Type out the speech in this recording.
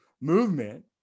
movement